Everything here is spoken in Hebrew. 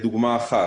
בדוגמה אחת.